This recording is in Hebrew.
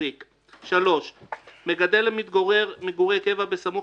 מחזיק); המגדל מתגורר מגורי קבע בסמוך